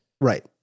Right